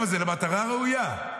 זה למטרה ראויה.